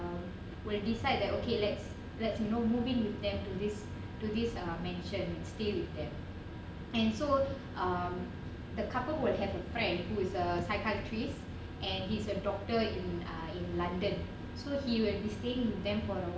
will decide that okay let's let's you know moving with them to this to this err mention still with them and so the couple will have a friend who is a psychiatrist and he's a doctor in in london so he went missing them for